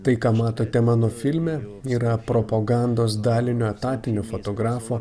tai ką matote mano filme yra propagandos dalinio etatinio fotografo